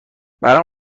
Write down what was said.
برام